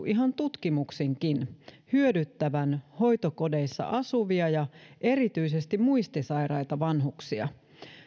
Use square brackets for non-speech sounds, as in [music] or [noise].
[unintelligible] ihan tutkimuksinkin todettu hyödyttävän hoitokodeissa asuvia ja erityisesti muistisairaita vanhuksia